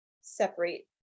separate